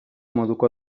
moduko